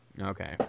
Okay